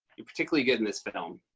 you're particularly good in this film.